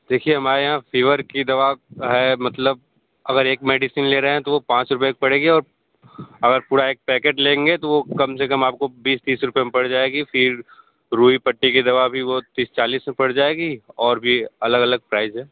देखिए हमारे यहाँ फीवर की दवा है मतलब अगर एक मेडिसन ले रहे हैं तो वो पाँच रुपए पड़ेगी और अगर पूरा एक पैकेट लेंगे तो वह कम से कम आपको बीस तीस रुपए में पड़ जाएगी फिर रुई पट्टी के दवा भी वो तीस चालीस में पड़ जाएगी और भी अलग अलग प्राइस है